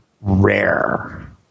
rare